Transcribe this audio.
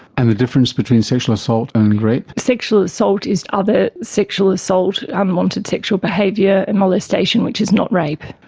and the difference between sexual assault and rape? sexual assault is other sexual assault, unwanted sexual behaviour and molestation which is not rape.